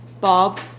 Bob